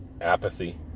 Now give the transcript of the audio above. apathy